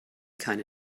keine